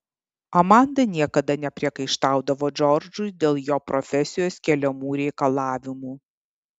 amanda niekada nepriekaištaudavo džordžui dėl jo profesijos keliamų reikalavimų